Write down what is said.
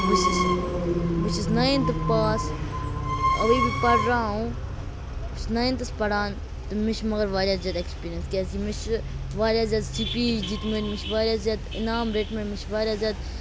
بہٕ چھس بہٕ چھس نایِنٛتھ پاس ابھی بھی پَڑھ رہا ہوں بہٕ چھُس نایِنتھَس پَران تہٕ مےٚ چھُ مَگَر واریاہ زیادٕ ایٚکِسپیٖریَنٕس کیازکہِ مےٚ چھ واریاہ زیادٕ سپیٖچ دِتمٕتۍ مےٚ چھِ واریاہ زیادٕ اِنعام رٔٹمٕتۍ مےٚ چھ واریاہ زیادٕ